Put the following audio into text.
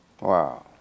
Wow